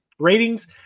Ratings